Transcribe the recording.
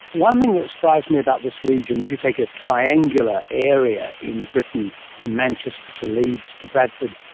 one thing that surprised me about this region, if you take a triangular area in britain, from manchester to leeds to bradford,